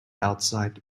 outside